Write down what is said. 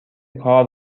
کار